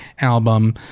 album